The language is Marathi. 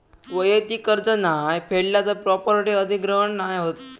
वैयक्तिक कर्ज नाय फेडला तर प्रॉपर्टी अधिग्रहण नाय होत